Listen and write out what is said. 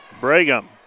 Brigham